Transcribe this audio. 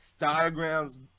diagrams